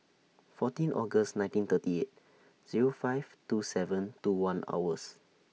fourteen August nineteen thirty eight Zero five two seven two one hours